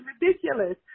ridiculous